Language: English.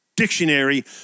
dictionary